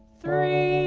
three,